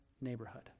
neighborhood